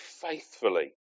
faithfully